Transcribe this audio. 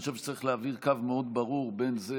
אני חושב שצריך להעביר קו מאוד ברור בין זה,